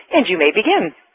and you may begin.